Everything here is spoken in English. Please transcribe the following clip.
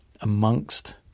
amongst